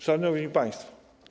Szanowni Państwo!